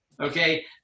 okay